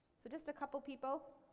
so just a couple people?